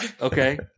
okay